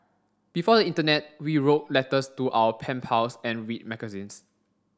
before the internet we wrote letters to our pen pals and read magazines